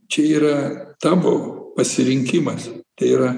čia yra tavo pasirinkimas tai yra